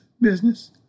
business